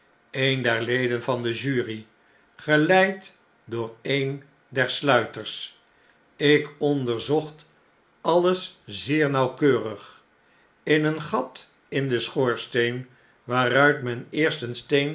een der leden van de jury geleid door een der sluiters ik onderzocht alles zeer nauwkeurig in een gat in den schoorsteen waaruit men eerst een